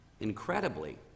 Incredibly